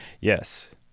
Yes